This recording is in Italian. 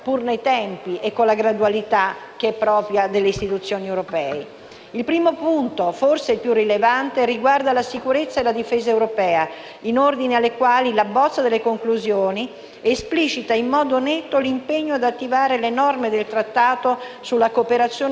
Il primo punto, forse il più rilevante, riguarda la difesa e la sicurezza europee, in ordine alle quali la bozza delle conclusioni esplicita in modo netto l'impegno ad attivare le norme del Trattato sull'Unione europea relativo alla cooperazione strutturata permanente, dando così, come lei ricordava